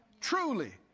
Truly